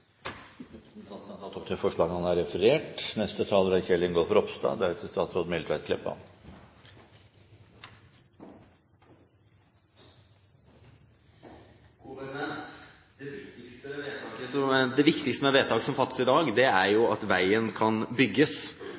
Representanten Øyvind Halleraker har tatt opp det forslaget han refererte til. Det viktigste med vedtaket som fattes i dag, er at veien kan bygges,